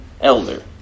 elder